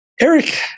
Eric